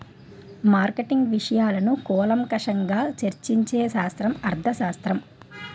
marketing విషయాలను కూలంకషంగా చర్చించే శాస్త్రం అర్థశాస్త్రం